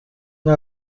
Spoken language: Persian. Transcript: اون